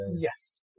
Yes